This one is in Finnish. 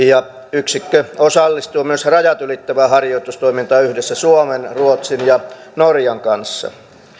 yksikkö osallistuu myös rajat ylittävään harjoitustoimintaan yhdessä suomen ruotsin ja norjan kanssa